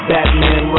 Batman